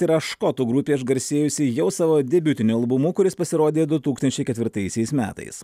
tai yra škotų grupė išgarsėjusi jau savo debiutiniu albumu kuris pasirodė du tūkstančiai ketvirtaisiais metais